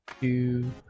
two